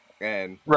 Right